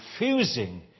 refusing